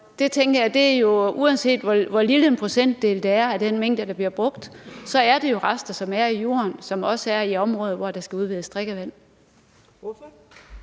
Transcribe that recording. haverne. Uanset hvor lille en procentdel det er af den mængde, der bliver brugt, så er det jo rester, som er i jorden, og som også er i områder, hvor der skal udvindes drikkevand.